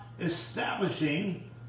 establishing